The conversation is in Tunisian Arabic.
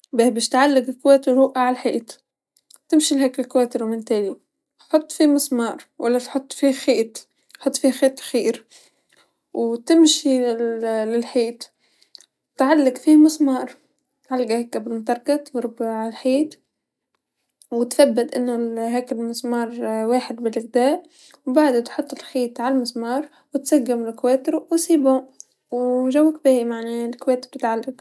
باه باش تعلق كواتر وأع الحيط، تمشي كواتر هكاك مالتالي، حط فيه مسمار و تحط فيه مسمار و لا حط فيه خيط ، حط فيه خيط خير و تمشي للحيط تعلق فيه مسمار تعلقه هاكا بالمطرقة و رباع الحيط، و تثبث أنو لهاكا لمسمار واحد بالكذا بعدها تحط الخيط على المسمار و تسقم الكواتر و خلاص و جوك باهي معناه الكواتر تعلق.